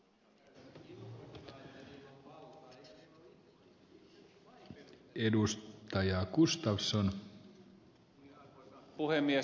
arvoisa puhemies